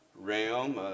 realm